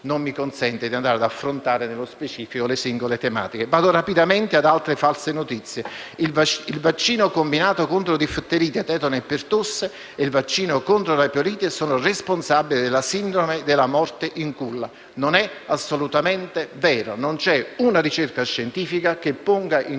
non mi consente di affrontare nello specifico le singole tematiche. Vado rapidamente a citare altre false notizie. Si dice che il vaccino combinato contro difterite, tetano e pertosse e quello contro l'epatite sarebbero responsabili della sindrome della morte in culla, ma non è assolutamente vero: non c'è una ricerca scientifica che li ponga in